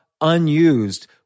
unused